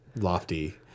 lofty